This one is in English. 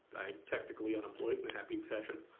i'm technically unemployed in a happy fashion.